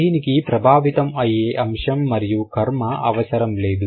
దీనికి ప్రభావితం అయ్యే అంశం మరియు కర్మ అవసరము లేదు